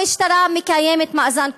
המשטרה מקיימת מאזן כוחות.